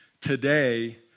today